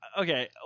Okay